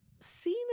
seen